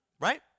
Right